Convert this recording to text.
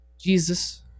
Jesus